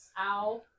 Ow